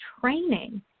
training